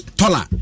tola